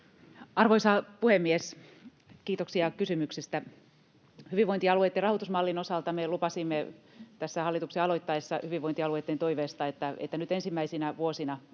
Arvoisa puhemies! Kiitoksia kysymyksestä. Hyvinvointialueitten rahoitusmallin osalta me lupasimme hallituksen aloittaessa hyvinvointialueitten toiveesta, että nyt ensimmäisinä vuosina